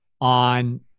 on